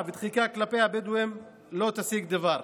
ודחיקה כלפי הבדואים לא ישיגו דבר.